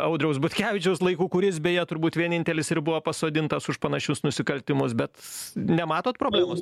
audriaus butkevičiaus laikų kuris beje turbūt vienintelis ir buvo pasodintas už panašius nusikaltimus bet nematot problemos